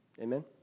Amen